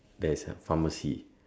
there is a pharmacy